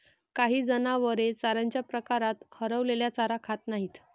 काही जनावरे चाऱ्याच्या प्रकारात हरवलेला चारा खात नाहीत